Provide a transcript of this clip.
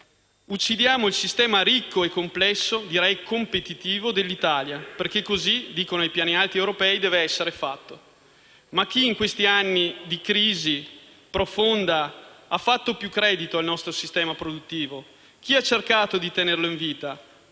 Uccidiamo il sistema ricco, complesso e competitivo dell'Italia perché così ai piani alti europei dicono deve essere fatto. Ma chi, in questi anni di crisi profonda, ha fatto più credito al nostro sistema produttivo? Chi ha cercato di tenerlo in vita?